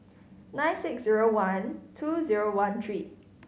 nine six zero one two zero one three